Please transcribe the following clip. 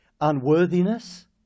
unworthiness